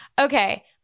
Okay